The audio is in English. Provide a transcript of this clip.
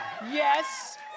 yes